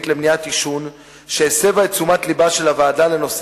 למניעת עישון שהסבה את תשומת לבה של הוועדה לנושא